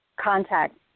contact